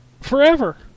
Forever